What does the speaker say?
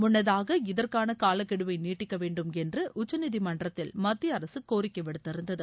முன்னதாக இதற்கான காலக்கெடுவை நீட்டிக்க வேண்டும் என்று உச்சநீதிமன்றத்தில் மத்திய அரசு கோரிக்கை விடுத்து இருந்தது